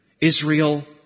Israel